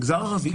המגזר הערבי,